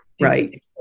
right